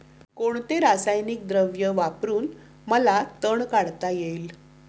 कोणते रासायनिक द्रव वापरून मला तण काढता येईल?